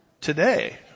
today